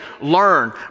learn